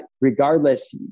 regardless